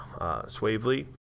Swavely